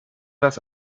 das